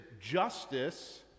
justice